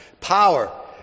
power